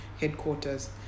headquarters